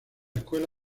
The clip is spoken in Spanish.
escuela